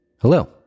Hello